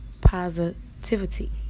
positivity